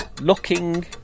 Looking